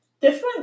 different